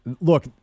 look